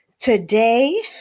Today